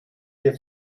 wir